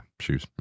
shoes